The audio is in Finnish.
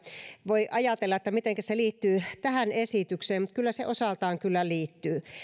voi ajatella mitenkä se liittyy tähän esitykseen mutta kyllä se osaltaan liittyy